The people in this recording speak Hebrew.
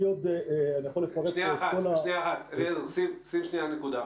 שים רגע נקודה.